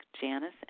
Janice